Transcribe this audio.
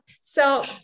So-